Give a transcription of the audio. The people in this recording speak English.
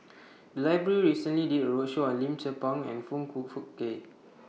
The Library recently did A roadshow on Lim Tze Peng and Foong Fook Kay